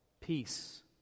Peace